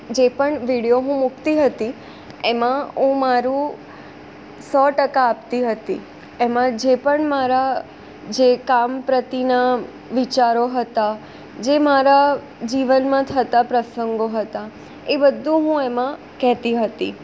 જે પણ વિડીયો હું મુકતી હતી એમાં હું મારૂં સો ટકા આપતી હતી એમાં જે પણ મારા જે કામ પ્રત્યેના વિચારો હતા જે મારા જીવનમાં થતા પ્રસંગો હતા એ બધું હું એમાં કહેતી હતી